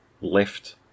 left